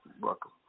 welcome